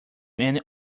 many